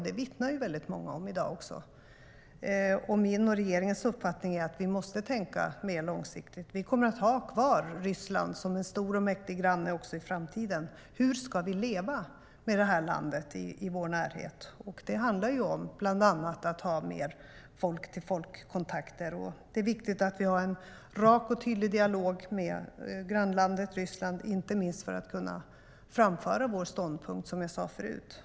Det vittnar väldigt många om i dag också. Min och regeringens uppfattning är att vi måste tänka mer långsiktigt. Vi kommer att ha kvar Ryssland som en stor och mäktig granne också i framtiden. Hur ska vi leva med det här landet i vår närhet? Det handlar bland annat om att ha mer folk-till-folk-kontakter. Det är viktigt att vi har en rak och tydlig dialog med grannlandet Ryssland, inte minst för att kunna framföra vår ståndpunkt, som jag sade förut.